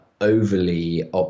overly